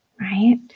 Right